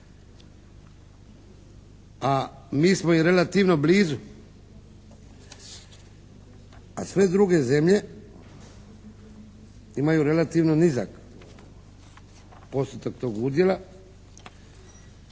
a mi smo im relativno blizu, a sve druge zemlje imaju relativno nizak postotak tog udjela.